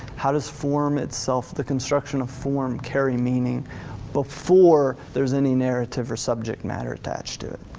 how does form itself, the construction of form carry meaning before there's any narrative or subject matter attached to it.